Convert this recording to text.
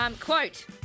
Quote